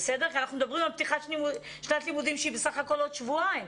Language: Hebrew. כי אנחנו מדברים על פתיחת שנת לימודים שהיא בסך הכול עוד שבועיים.